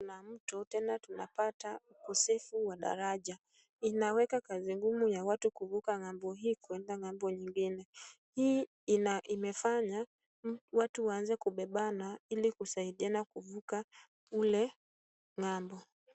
Kuna mto tena tunapata ukosefu wa daraja. Inaweka kazi ngumu ya watu kuvuka ng'ambo hii kwenda ng'ambo nyingine. Hii imefanya watu waanze kubebana ili kusaidiana kuvuka ule ng'ambo.